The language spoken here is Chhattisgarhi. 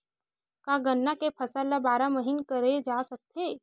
का गन्ना के फसल ल बारह महीन करे जा सकथे?